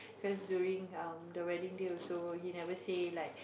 cause during the wedding day also he never say like